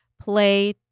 play